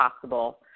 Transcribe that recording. possible